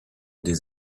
des